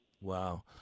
Wow